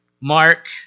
Mark